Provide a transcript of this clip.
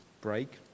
break